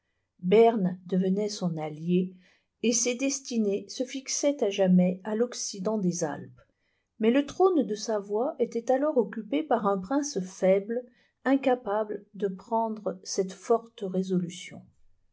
berne devenait son alliée et ses destinées se fixaient à jamais à l'occident des alpes mais le trône de savoie était alors occupé par un prince faible incapable de prendre cette forte résolution